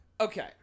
Okay